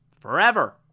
forever